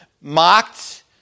mocked